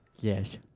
Yes